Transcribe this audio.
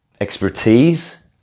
expertise